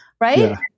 right